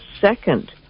second